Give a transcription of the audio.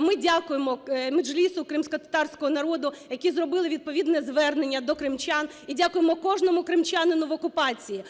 Ми дякуємо Меджлісу кримськотатарського народу, які зробили відповідне звернення до кримчан. І дякуємо кожному кримчанину в окупації,